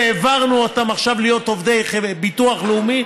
העברנו אותם עכשיו להיות עובדי ביטוח לאומי